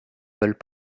veulent